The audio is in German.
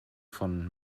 von